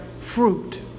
fruit